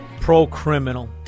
pro-criminal